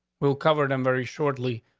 we'll cover them very shortly.